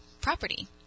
property